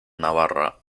navarra